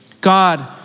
God